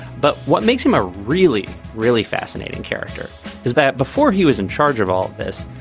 but what makes him a really, really fascinating character is that before he was in charge of all this,